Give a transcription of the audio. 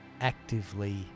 actively